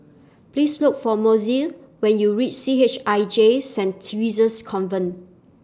Please Look For Mozell when YOU REACH C H I J Saint Theresa's Convent